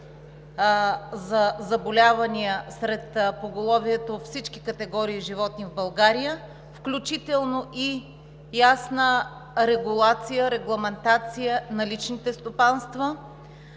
на заболяването сред поголовието от всички категории животни в България, включително и ясна регулация, регламентация на личните стопанства.